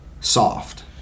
soft